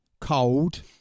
cold